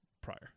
prior